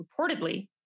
Reportedly